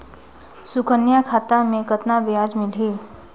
सुकन्या खाता मे कतना ब्याज मिलही?